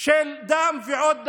של דם ועוד דם,